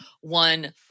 one